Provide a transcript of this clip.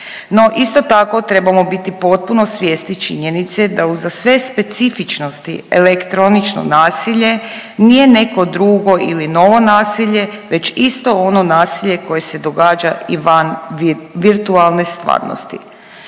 isto tako trebamo biti potpuno svjesni činjenice da uza sve specifičnosti elektronično nasilje nije neko drugo ili novo nasilje već isto ono nasilje koje se događa i van virtualne stvarnosti.